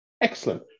Excellent